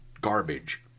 garbage